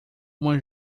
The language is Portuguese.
uma